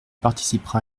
participera